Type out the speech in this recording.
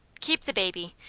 keep the baby,